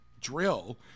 drill